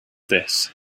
this